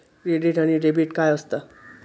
Credit आणि debit काय असता?